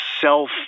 self